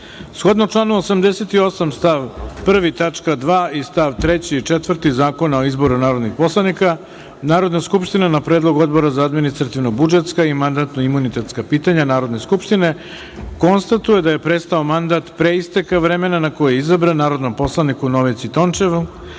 članu 88. stav 1. tačka 2) i st. 3. i 4. Zakona o izboru narodnih poslanika, Narodna skupština, na predlog Odbora za administrativno-budžetska i mandatno-imunitetska pitanja Narodne skupštine, konstatuje da je prestao mandat pre isteka vremena na koji je izabran narodnom poslaniku Novici Tončevu